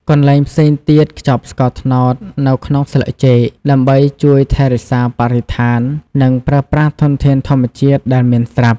កន្លែងផ្សេងទៀតខ្ចប់ស្ករត្នោត នៅក្នុងស្លឹកចេក ដើម្បីជួយថែរក្សាបរិស្ថាន និងប្រើប្រាស់ធនធានធម្មជាតិដែលមានស្រាប់។